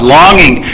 longing